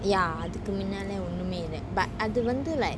ya அதுக்கு முன்னால ஒன்னுமே இல்ல:athuku munala onumae illa but அது வந்து:athu vanthu like